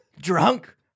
drunk